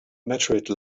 meteorite